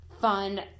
fun